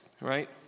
Right